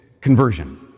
conversion